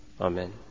Amen